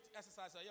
exercise